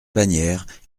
bagnères